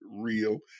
real